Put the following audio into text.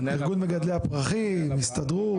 איגוד מגדלי הפרחים, הסתדרות.